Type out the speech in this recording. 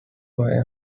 works